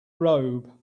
robe